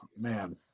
Man